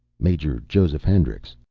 major joseph hendricks.